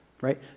right